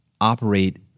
operate